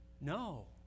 No